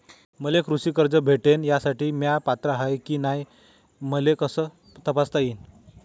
मले कृषी कर्ज भेटन यासाठी म्या पात्र हाय की नाय मले कस तपासता येईन?